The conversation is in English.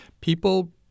people